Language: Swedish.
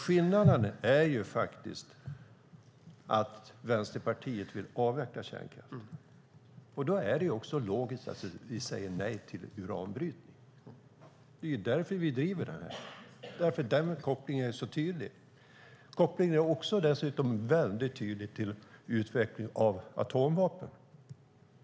Skillnaden mellan oss är att Vänsterpartiet vill avveckla kärnkraften, och då är det logiskt att vi också säger nej till uranbrytning. Det är därför vi driver frågan, för att den kopplingen är så tydlig. Kopplingen är dessutom tydlig till utveckling av atomvapen.